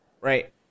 right